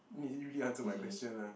you didn't really answer my question ah